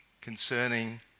concerning